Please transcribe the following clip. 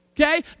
okay